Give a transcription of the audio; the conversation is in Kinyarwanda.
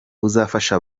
buzafasha